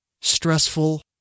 stressful